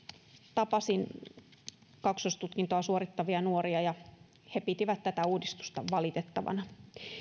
tapasin kaksoistutkintoa suorittavia nuoria ja he pitivät tätä uudistusta valitettavana